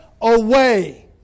away